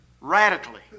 radically